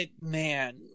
Man